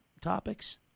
topics